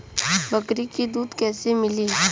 बकरी क दूध कईसे मिली?